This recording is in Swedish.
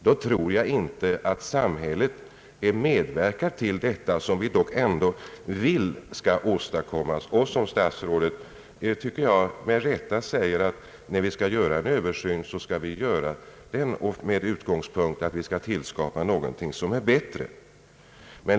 Då tror jag inte att samhället medverkar till det vi dock vill skall åstadkommas och som statsrådet med rätta säger, nämligen att om en Översyn skall göras bör detta ske för att skapa något bättre.